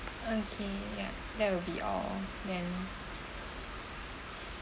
okay yup that will be all then